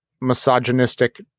misogynistic